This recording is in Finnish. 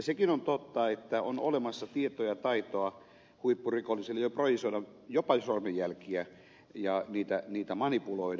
sekin on totta että on olemassa tietoa ja taitoa huippurikollisilla jo projisoida jopa sormenjälkiä ja niitä manipuloida